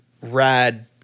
rad